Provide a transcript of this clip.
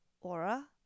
Aura